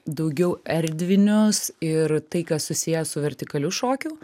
daugiau erdvinius ir tai kas susiję su vertikaliu šokiu